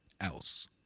else